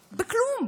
בכלום.